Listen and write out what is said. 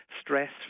stress